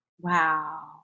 Wow